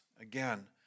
again